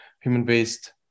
human-based